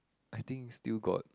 I think still got